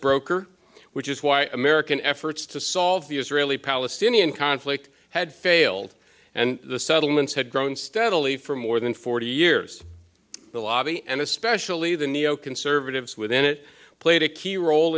broker which is why american efforts to solve the israeli palestinian conflict had failed and the settlements had grown steadily for more than forty years the lobby and especially the neoconservatives within it played a key role